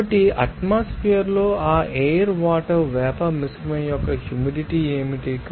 కాబట్టి అట్మాస్ఫెర్ ంలో ఆ ఎయిర్ వాటర్ వేపర్ మిశ్రమం యొక్క హ్యూమిడిటీ ఏమిటి